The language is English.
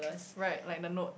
right like the note